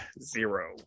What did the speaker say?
zero